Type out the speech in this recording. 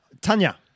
Tanya